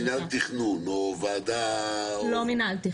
כמו למשל מנהל תכנון או ועדה --- לא מנהל תכנון.